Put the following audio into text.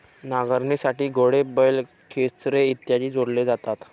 नांगरणीसाठी घोडे, बैल, खेचरे इत्यादी जोडले जातात